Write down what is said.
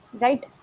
Right